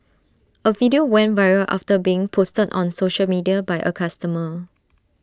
A video went viral after being posted on social media by A customer